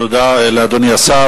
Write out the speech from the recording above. תודה לאדוני השר.